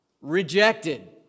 Rejected